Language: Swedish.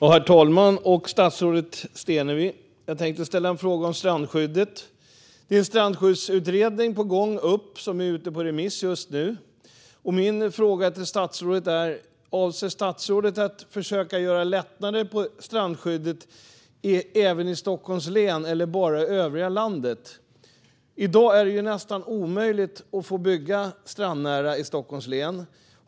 Herr talman och statsrådet Stenevi! Jag tänkte ställa en fråga om strandskyddet. Det är en strandskyddsutredning på gång som är ute på remiss just nu. Min fråga till statsrådet är: Avser statsrådet att försöka göra lättnader på strandskyddet även i Stockholms län eller bara i övriga landet? I dag är det nästan omöjligt att få bygga strandnära i Stockholms län.